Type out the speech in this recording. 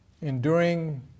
enduring